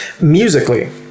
Musically